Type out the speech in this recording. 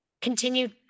continued